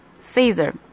Caesar